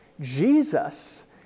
Jesus